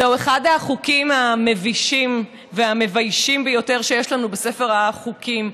זהו אחד החוקים המבישים והמביישים ביותר שיש לנו בספר החוקים.